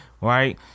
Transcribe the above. right